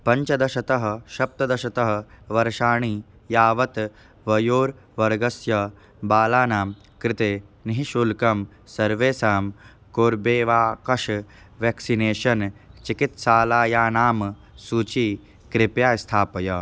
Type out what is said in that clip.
पञ्चदशतः सप्तदशतः वर्षाणि यावत् वयोवर्गस्य बालानां कृते निःशुल्कं सर्वेषां कोर्बेवाकश् व्याक्सिनेषन् चिकित्सालयानां सूचीं कृपया स्थापय